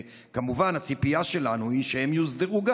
כמובן שהציפייה שלנו היא שגם הם יוסדרו.